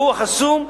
הוא חסום,